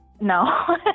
No